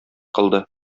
кылды